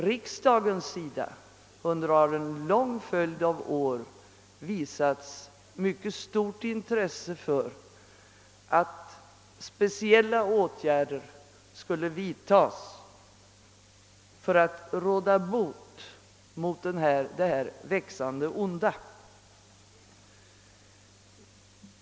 Riksdagen har under en lång följd av år visat mycket stort intresse för att särskilda åtgärder skulle vidtas för att råda bot mot detta växande onda.